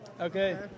Okay